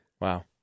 Wow